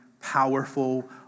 powerful